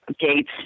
gates